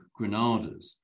Granadas